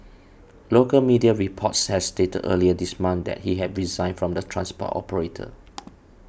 local media reports had stated earlier this month that he had resigned from the transport operator